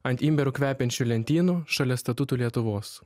ant imbieru kvepiančių lentynų šalia statutų lietuvos